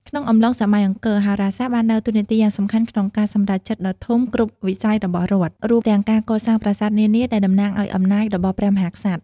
ក្នុងអំឡុងសម័យអង្គរ ហោរាសាស្ត្របានដើរតួនាទីយ៉ាងសំខាន់ក្នុងការសម្រេចចិត្តដ៏ធំៗគ្រប់វិស័យរបស់រដ្ឋ រួមទាំងការកសាងប្រាសាទនានាដែលតំណាងឲ្យអំណាចរបស់ព្រះមហាក្សត្រ។